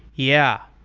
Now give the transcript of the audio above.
yeah,